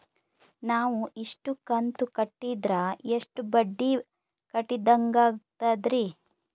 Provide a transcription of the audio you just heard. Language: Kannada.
ನಾವು ಇಷ್ಟು ಕಂತು ಕಟ್ಟೀದ್ರ ಎಷ್ಟು ಬಡ್ಡೀ ಕಟ್ಟಿದಂಗಾಗ್ತದ್ರೀ?